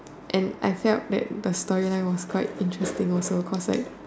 and I felt that the story line was quite interesting also cause like